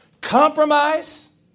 compromise